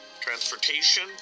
transportation